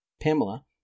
Pamela